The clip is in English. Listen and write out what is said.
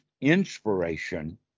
inspiration